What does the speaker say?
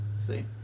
See